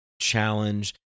challenge